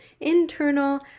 internal